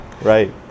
Right